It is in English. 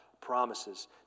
promises